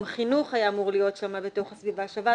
גם חינוך היה אמור להיות שם בתוך סביבה שווה.